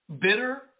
bitter